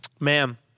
Ma'am